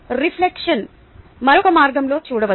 reflection మరొక మార్గంలో చూడవచ్చు